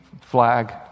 flag